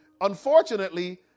unfortunately